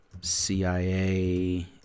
CIA